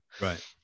Right